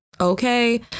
okay